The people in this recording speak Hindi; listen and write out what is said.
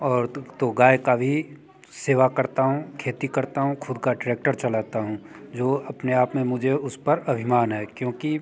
और तो तो गाय की भी सेवा करता हूँ खेती करता हूँ ख़ुद का ट्रैक्टर चलाता हूँ जो अपने आप में मुझे उस पर अभिमान है क्योंकि